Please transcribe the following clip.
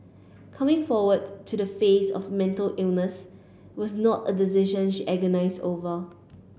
coming forward to the face of mental illness was not a decision she agonised over